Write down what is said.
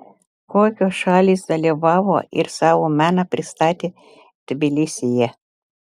kokios šalys dalyvavo ir savo meną pristatė tbilisyje